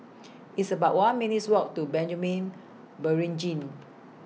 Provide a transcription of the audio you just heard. It's about one minutes' Walk to Beringin